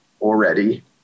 already